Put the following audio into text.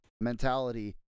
mentality